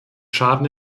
schaden